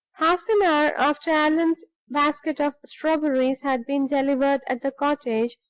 half an hour after allan's basket of strawberries had been delivered at the cottage,